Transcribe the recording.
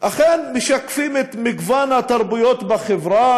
אכן משקפים את מגוון התרבויות בחברה,